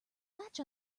latch